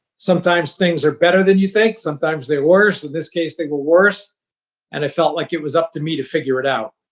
sometimes things are better than you think. sometimes they're worse. in this case, they were worse and it felt like it was up to me to figure it out.